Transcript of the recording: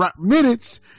minutes